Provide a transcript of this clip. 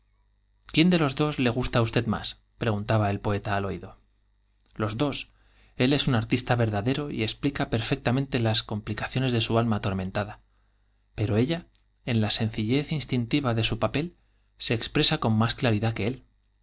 quién de los dos le gusta á usted más preguntaba el poeta al oído los dos él es un artista verdadero y explica de su alma ator perfectamente las complicaciones mentada pero ella en la sencillez instintiva de su papel expresa se con más claridad que él